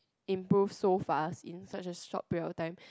improved so fast in such a short period of time